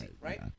right